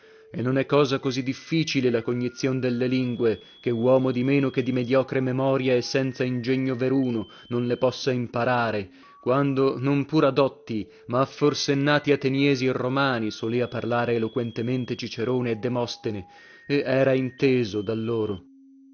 e non è cosa così difficile la cognizion delle lingue che uomo di meno che di mediocre memoria e senza ingegno veruno non le possa imparare quando non pur a dotti ma a forsennati ateniesi e romani solea parlare eloquentemente cicerone e demostene e era inteso da loro